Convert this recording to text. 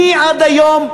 מי עד היום,